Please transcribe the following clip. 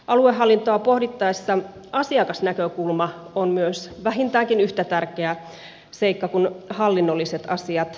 aluehallintoa pohdittaessa asiakasnäkökulma on myös vähintäänkin yhtä tärkeä seikka kuin hallinnolliset asiat